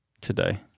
today